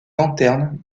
lanterne